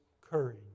courage